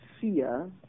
fear